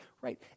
right